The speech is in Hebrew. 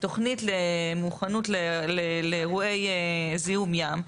תוכנית למוכנות לאירועי זיהום ים,